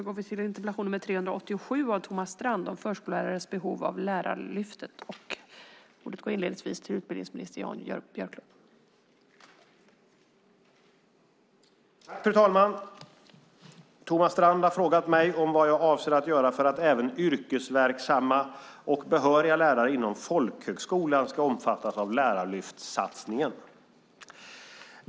Fru talman! Thomas Strand har frågat vad jag avser att göra för att även yrkesverksamma och behöriga lärare inom folkhögskolan ska omfattas av lärarlyftssatsningen.